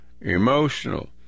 emotional